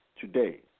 today